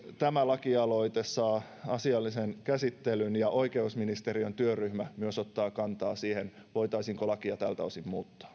tämä lakialoite saa asiallisen käsittelyn ja oikeusministeriön työryhmä myös ottaa kantaa siihen voitaisiinko lakia tältä osin